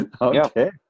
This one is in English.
Okay